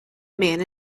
man